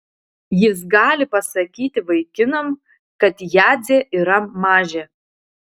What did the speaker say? jis gali pasakyti vaikinam kad jadzė yra mažė